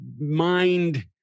mind